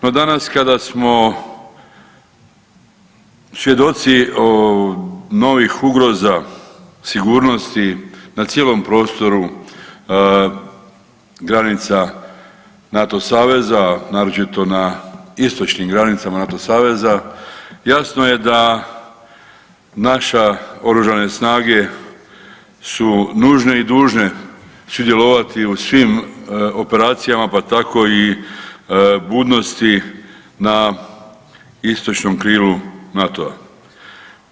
No, danas kada smo svjedoci novih ugroza sigurnosti na cijelom prostoru granica NATO saveza, naročito na istočnim granicama NATO saveza jasno je da naša Oružane snage su nužne i dužne sudjelovati u svim operacijama pa tako i budnosti na istočnom krilu NATO-a.